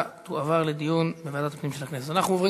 או שנעשה